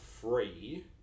free